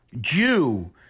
Jew